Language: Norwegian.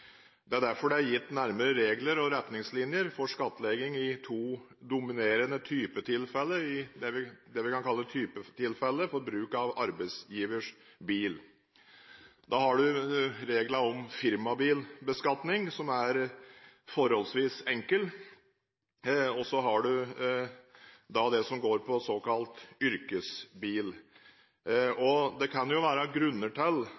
Det er derfor det er gitt nærmere regler og retningslinjer for skattlegging av bruk av arbeidsgivers bil for det vi kan kalle to dominerende typetilfeller. Vi har reglene om firmabilbeskatning, som er forholdsvis enkle, og vi har regler som dreier seg om såkalt yrkesbil. Det kan jo være tjenstlige grunner til